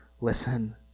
Listen